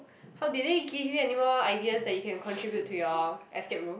how did they give you any more ideas that you can contribute to your escape room